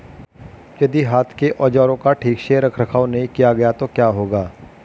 यदि हाथ के औजारों का ठीक से रखरखाव नहीं किया गया तो क्या होगा?